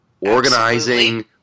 organizing –